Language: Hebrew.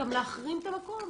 גם להחרים את המקום